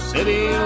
City